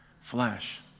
flesh